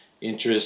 interest